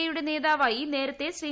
A യുടെ നേതാവായി നേരത്തെ ശ്രീ